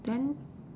then